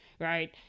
right